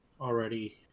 already